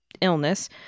illness